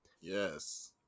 Yes